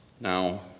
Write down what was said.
Now